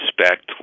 respect